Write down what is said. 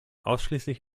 ausschliesslich